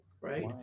right